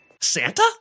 santa